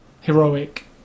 heroic